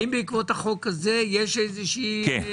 האם בעקבות החוק הזה יש- -- כן,